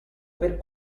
per